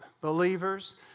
believers